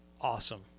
awesome